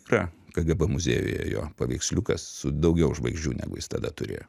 yra kgb muziejuje jo paveiksliukas su daugiau žvaigždžių negu jis tada turėjo